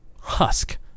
husk